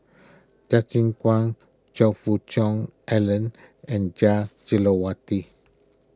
Justin Zhuang Choe Fook Cheong Alan and Jah Jelawati